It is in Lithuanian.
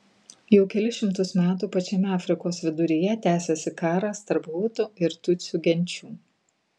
jau kelis šimtus metų pačiame afrikos viduryje tęsiasi karas tarp hutų ir tutsių genčių